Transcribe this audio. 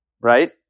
right